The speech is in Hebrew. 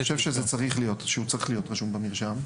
--- אני חושב שהוא צריך להיות רשום במרשם.